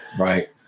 right